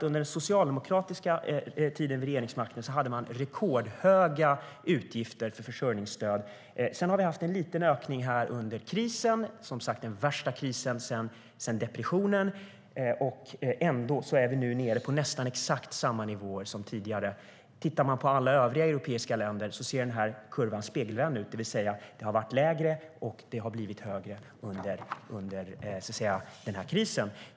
Under den socialdemokratiska tiden vid makten hade Sverige rekordhöga utgifter för försörjningsstöd. Sedan hade vi en liten ökning under krisen - som sagt den värsta krisen sedan depressionen. Trots det är vi nu nere på nästan samma nivåer som tidigare. I alla övriga europeiska länder är kurvan spegelvänd. Det har varit lägre och sedan blivit högre under krisen.